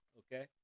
okay